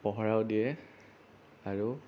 পহৰাও দিয়ে আৰু